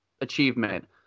achievement